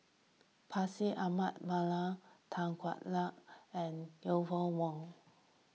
Bashir Ahmad Mallal Tan Hwa Luck and Eleanor Wong